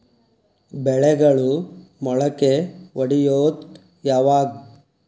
ಬೆಳೆಗಳು ಮೊಳಕೆ ಒಡಿಯೋದ್ ಯಾವಾಗ್?